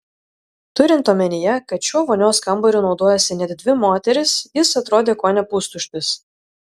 turint omenyje kad šiuo vonios kambariu naudojosi net dvi moterys jis atrodė kone pustuštis